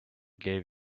gave